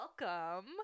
welcome